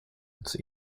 its